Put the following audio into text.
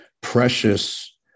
precious